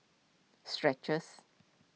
skechers